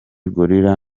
gorilla